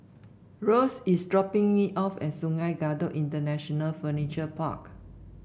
Russ is dropping me off at Sungei Kadut International Furniture Park